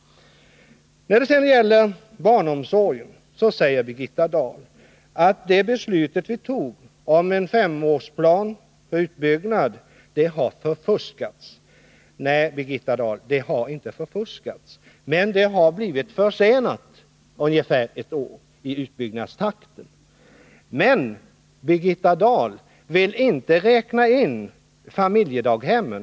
När det gäller barnomsorgen säger Birgitta Dahl att det beslut vi tog om en femårsplan för utbyggnad har förfuskats. Nej, det har inte förfuskats, men utbyggnaden har blivit försenad ungefär ett år. Birgitta Dahl vill emellertid inte räkna in familjedaghemmen.